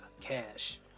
cash